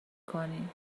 کنی